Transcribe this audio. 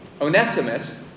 Onesimus